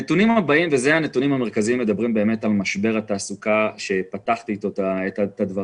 הנתונים המרכזיים מדברים באמת על משבר התעסוקה איתו פתחתי את הדברים.